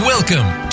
Welcome